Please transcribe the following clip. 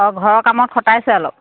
অঁ ঘৰৰ কামত খটাইছে অলপ